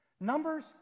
numbers